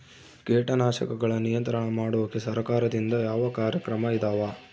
ಕೇಟನಾಶಕಗಳ ನಿಯಂತ್ರಣ ಮಾಡೋಕೆ ಸರಕಾರದಿಂದ ಯಾವ ಕಾರ್ಯಕ್ರಮ ಇದಾವ?